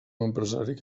empresari